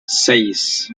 seis